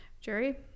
Jerry